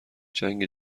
جنگ